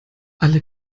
alle